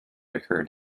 occurred